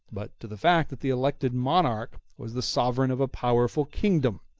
but to the fact that the elected monarch was the sovereign of a powerful kingdom.